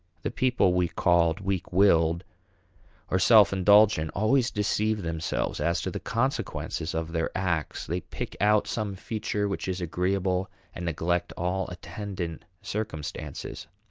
the people we called weak-willed or self-indulgent always deceive themselves as to the consequences of their acts. they pick out some feature which is agreeable and neglect all attendant circumstances.